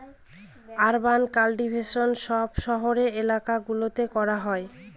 urban cultivation সব শহরের এলাকা গুলোতে করা হয়